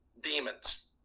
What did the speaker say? demons